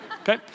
Okay